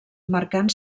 marcant